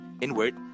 inward